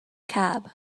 cab